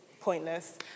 pointless